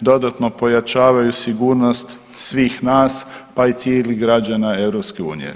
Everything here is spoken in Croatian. dodatno pojačavaju sigurnost svih nas, pa i cijelih građana EU.